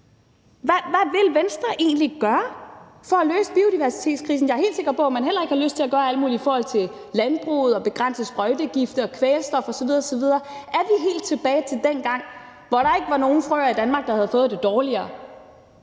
Hvad vil Venstre egentlig gøre for at løse biodiversitetskrisen? Jeg er helt sikker på, at man heller ikke har lyst til at gøre alt muligt i forhold til landbruget og begrænse sprøjtegifte og kvælstof osv. osv. Er vi helt tilbage til dengang, hvor der ikke var nogen frøer i Danmark, der havde fået det dårligere?